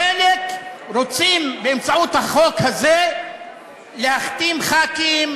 חלק רוצים באמצעות החוק הזה להכתים ח"כים